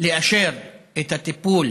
לאשר את הטיפול